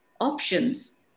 options